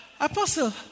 Apostle